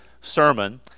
sermon